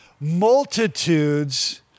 Multitudes